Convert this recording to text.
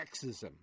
sexism